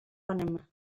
panamá